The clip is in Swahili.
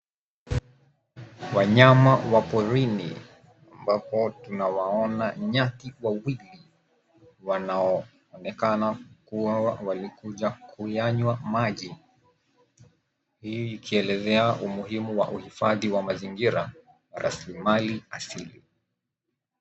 Wanyama wa porini ambapo tunawaona nyati wawili wanaoonekana kuwa walikuja kuyanywa maji. Hii ikielezea umuhimu wa uhifadhi wa mazingira rasilimali asili.